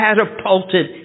catapulted